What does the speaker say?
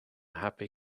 happy